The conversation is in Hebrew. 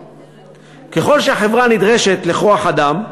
3. ככל שהחברה נדרשת לכוח-אדם,